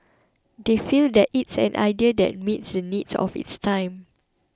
they feel that it's an idea that meets the needs of its time